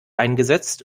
eingesetzt